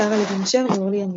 שרהלה בן אשר ואורלי יניב.